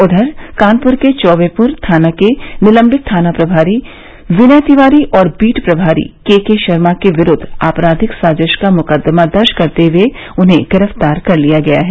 उधर कानपुर के चौबेप्र थाना के निलंबित थाना प्रभारी विनय तिवारी और बीट प्रभारी के के शर्मा के विरूद्व आपराधिक साजिश का मुकदमा दर्ज करते हुए गिरफ्तार कर लिया गया है